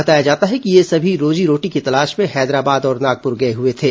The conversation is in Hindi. बताया जाता है कि ये सभी रोजी रोटी की तलाश में हैदराबाद और नागपुर गए हुए थे